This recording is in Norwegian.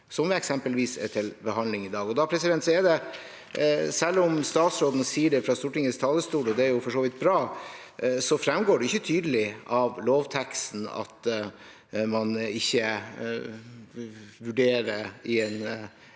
som eksempelvis er til behandling i dag. Selv om statsråden sier det fra Stortingets talerstol, og det er for så vidt bra, fremgår det ikke tydelig av lovteksten at man ikke vurderer i en